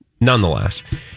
nonetheless